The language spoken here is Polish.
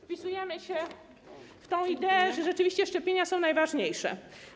Wpisujemy się w ideę, że rzeczywiście szczepienia są najważniejsze.